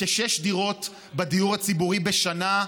כשש דירות בדיור הציבורי בשנה,